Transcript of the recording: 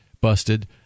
busted